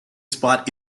spot